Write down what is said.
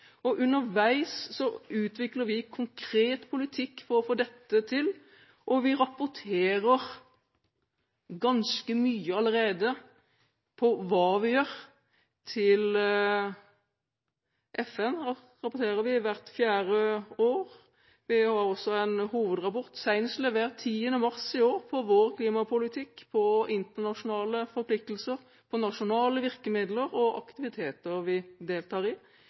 Og underveis utvikler vi konkret politikk for å få dette til. Vi rapporterer ganske mye allerede om hva vi gjør. Til FN rapporterer vi hvert fjerde år. Vi har også en hovedrapport, senest levert 10. mars i år, om vår klimapolitikk på internasjonale forpliktelser, på nasjonale virkemidler og på aktiviteter vi deltar i.